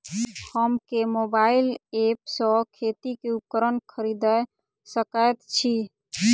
हम केँ mobile app सँ खेती केँ उपकरण खरीदै सकैत छी?